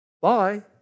Bye